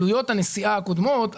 על עלויות הנסיעה הקודמות,